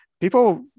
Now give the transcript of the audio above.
people